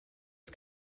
his